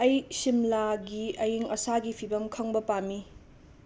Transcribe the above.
ꯑꯩ ꯁꯤꯝꯂꯥꯒꯤ ꯑꯌꯤꯡ ꯑꯁꯥꯒꯤ ꯐꯤꯕꯝ ꯈꯪꯕ ꯄꯥꯝꯃꯤ